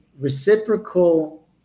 reciprocal